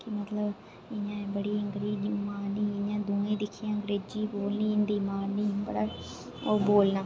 मतलब इ'यां एह् बड़ी अग्रेजी मारनी इं'या दूए गी दिक्खियै अग्रेंजी बोलनी हिन्दी मारनी बड़ा बोलना